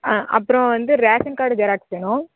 ஆ அப்புறோம் வந்து ration card xerox வேணும்